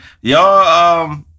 Y'all